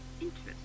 interest